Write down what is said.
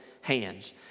hands